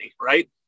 right